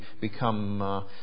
become